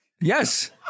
Yes